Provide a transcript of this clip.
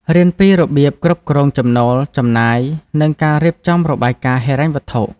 រៀនពីរបៀបគ្រប់គ្រងចំណូល ចំណាយ និងការរៀបចំរបាយការណ៍ហិរញ្ញវត្ថុ។